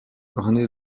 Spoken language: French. ornés